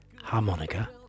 harmonica